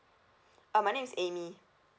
uh my name is amy